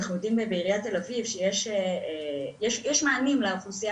ואנחנו יודעים בעיריית תל אביב שיש מענים לאוכלוסיה